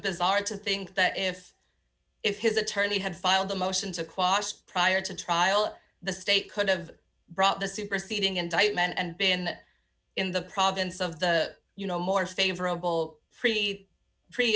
bizarre to think that if if his attorney had filed a motion to quash prior to trial the state could have brought the superseding indictment and been in the province of the you know more favorable pretty pre